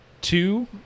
Two